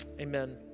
Amen